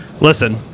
Listen